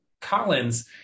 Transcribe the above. Collins